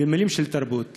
ומילים של תרבות.